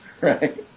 right